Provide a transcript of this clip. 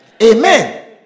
Amen